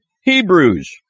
Hebrews